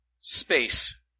space